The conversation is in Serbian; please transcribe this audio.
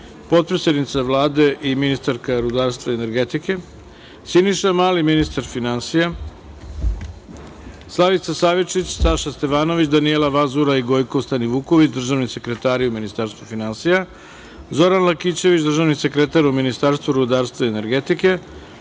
potpredsednica Vlade i ministarka rudarstva i energetike, Siniša Mali, ministar finansija, Slavica Savičić, Saša Stevanović, Danijela Vazura i Gojko Stanivuković, državni sekretari u Ministarstvu finansija, Zoran Lakićević, državni sekretar u Ministarstvu rudarstva i energetike,